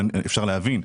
אפשר להבין,